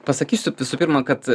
pasakysiu visų pirma kad